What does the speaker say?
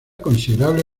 considerable